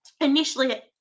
initially